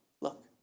Look